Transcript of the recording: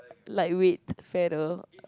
light weight feather